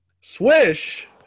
Swish